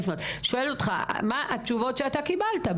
מה התשובות שאתה קיבלת?